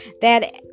that